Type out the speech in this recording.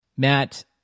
Matt